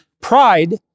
pride